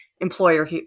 employer